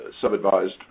sub-advised